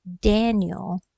Daniel